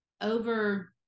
over